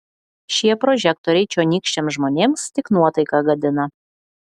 šie prožektoriai čionykščiams žmonėms tik nuotaiką gadina